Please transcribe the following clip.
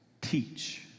teach